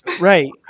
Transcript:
Right